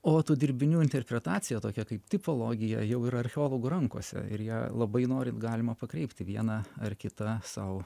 o tų dirbinių interpretacija tokia kaip tipologija jau yra archeologų rankose ir jie labai norint galima pakreipti viena ar kita sau